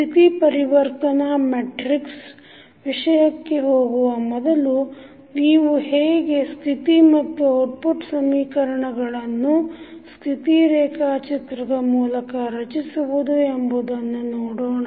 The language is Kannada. ಸ್ಥಿತಿ ಪರಿವರ್ತನಾ ಮೆಟ್ರಿಕ್ಸ್ ವಿಷಯಕ್ಕೆ ಹೋಗುವ ಮೊದಲು ನೀವು ಹೇಗೆ ಸ್ಥಿತಿ ಮತ್ತು ಔಟ್ಪುಟ್ ಸಮೀಕರಣಗಳನ್ನು ಸ್ಥಿತಿ ರೇಖಾಚಿತ್ರದ ಮೂಲಕ ರಚಿಸುವುದು ಎಂಬುದನ್ನು ನೋಡೋಣ